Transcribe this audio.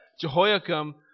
Jehoiakim